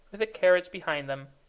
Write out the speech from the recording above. with the carriage behind them,